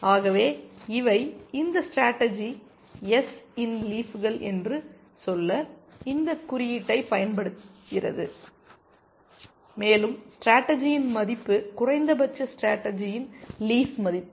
ஆகவே இவை இந்த ஸ்டேடர்ஜி எஸ் இன் லீஃப்கள் என்று சொல்ல இந்த குறியீட்டைப் பயன்படுகிறது மேலும் ஸ்டேடர்ஜியின் மதிப்பு குறைந்தபட்ச ஸ்டேடர்ஜியின் லீஃப் மதிப்பு